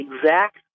exact